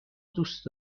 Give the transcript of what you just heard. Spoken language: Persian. دوست